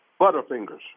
Butterfingers